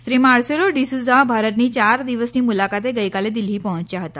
Shri Marcelo de Sousa ભારતની ચાર દિવસની મુલાકાતે ગઈકાલે દિલ્ફી પહોંચ્યા હતા